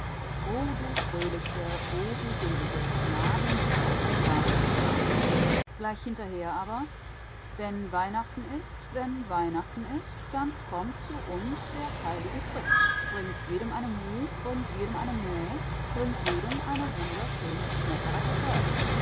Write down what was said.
o du fröhliche o du selige gnadenbringende weihnachtszeit gleich hinterher aber wenn weihnachten ist wenn weihnachten ist dann kommt zu uns der heil'ge christ bringt jedem eine muh bringt jedem eine mäh bringt jedem eine wunderschöne